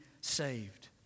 saved